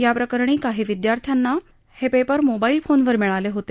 याप्रकरणी काही विद्यार्थ्यांना हे पेपर मोबाईल फोनवर मिळाले होते